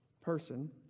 person